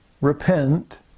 repent